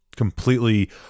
completely